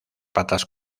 patas